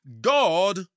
God